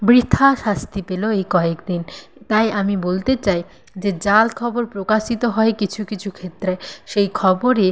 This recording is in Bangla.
বৃথা শাস্তি পেল এই কয়েক দিন তাই আমি বলতে চাই যে জাল খবর প্রকাশিত হয় কিছু কিছু ক্ষেত্রে সেই খবরে